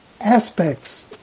aspects